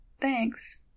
Thanks